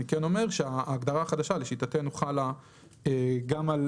אני כן אומר שההגדרה החדשה לשיטתנו חלה גם על